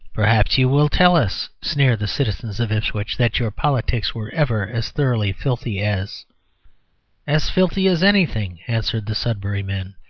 perhaps you will tell us, sneer the citizens of ipswich, that your politics were ever as thoroughly filthy as as filthy as anything, answer the sudbury men,